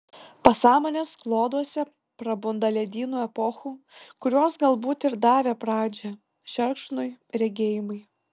pasąmonės kloduose prabunda ledynų epochų kurios galbūt ir davė pradžią šerkšnui regėjimai